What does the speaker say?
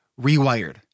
Rewired